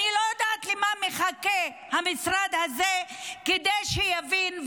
אני לא יודעת למה מחכה המשרד כדי שיבין.